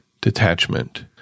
detachment